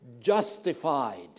justified